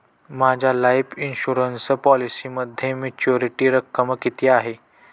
माझ्या life insurance पॉलिसीमध्ये maturity रक्कम किती आहे?